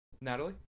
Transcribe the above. Natalie